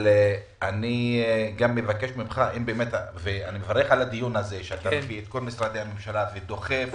אני מברך על הדיון הזה ועל כך שאתה דוחף